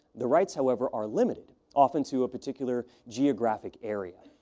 the rights, however, are limited often to a particular geographic area.